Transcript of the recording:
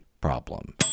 problem